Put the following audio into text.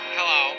Hello